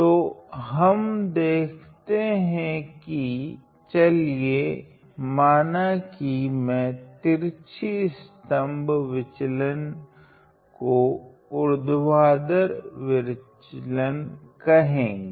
तो हम देखते है कि चलिए माना कि मैं तिरछी स्तम्भ विचलन को ऊर्ध्वाधर विचलन कहेगे